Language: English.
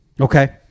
okay